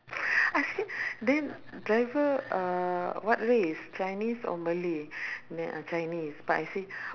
I said then driver uh what race chinese or malay then uh chinese but I say